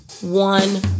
one